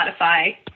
Spotify